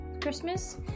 Christmas